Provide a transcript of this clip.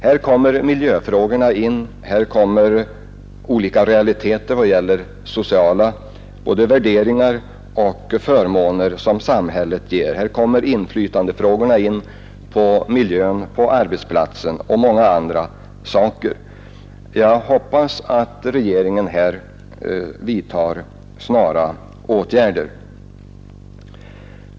Här möter vi en mängd olika realiteter: miljöfrågorna, sociala värderingar, förmåner som samhället ger, frågorna om inflytande på miljön på arbetsplatsen och mycket annat. Jag hoppas att regeringen vidtar snara åtgärder.